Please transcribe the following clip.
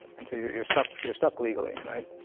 and so you're you're stuck, you're stuck legally, right?